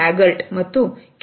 ಹ್ಯಾಗರ್ಟ್ ಮತ್ತು ಕೆ